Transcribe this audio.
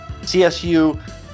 CSU